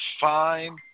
fine